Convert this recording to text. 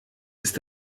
ist